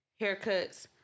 Haircuts